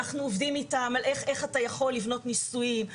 אנחנו עובדים איתם על איך אתה יכול לבנות ניסויים,